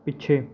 ਪਿੱਛੇ